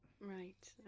Right